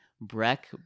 Breck